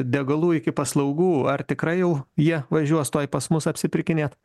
degalų iki paslaugų ar tikrai jau jie važiuos tuoj pas mus apsipirkinėt